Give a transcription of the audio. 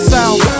South